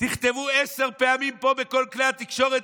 תכתבו עשר פעמים פה בכל כלי התקשורת,